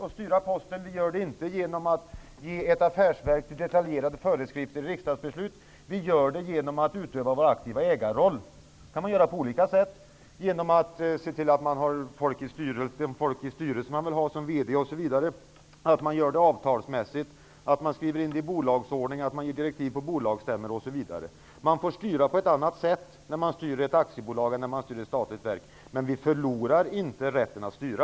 Det gör vi inte genom att ge ett affärsverk detaljerade föreskrifter genom riksdagsbeslut utan genom att utöva vår aktiva ägarroll. Det kan göras på olika sätt. Man kan se till att VD och andra styrelsemedlemmar är människor som man vill ha på de posterna osv. Vidare gäller det att göra saker och ting avtalsmässigt, att man skriver in saker i bolagsordningen, att man ger direktiv på bolagsstämmor osv. Ett aktiebolag styrs på ett annat sätt än ett statligt verk. Däremot förlorar vi inte rätten att styra.